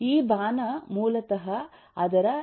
ಈ ಬಾಣ ಮೂಲತಃ ಅದರ ಈಸ್ ಎ